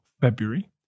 February